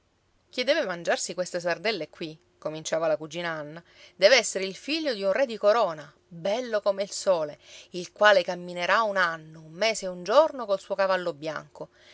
chi deve mangiarsi queste sardelle qui cominciava la cugina anna deve essere il figlio di un re di corona bello come il sole il quale camminerà un anno un mese e un giorno col suo cavallo bianco